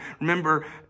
remember